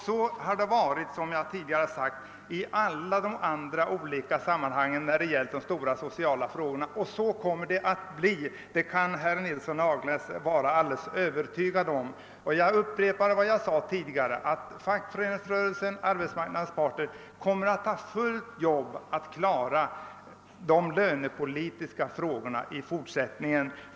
Så har det alltid varit när det gällt de stora sociala frågorna och så kommer det att vara, det kan herr Nilsson i Agnäs vara alldeles övertygad om. Jag upprepar vad jag sade tidigare, nämligen att fackföreningsrörelsen och arbetsmarknadens parter över huvud taget kommer att ha fullt upp med att klara de lönepolitiska frågorna i fortsättningen.